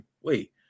Wait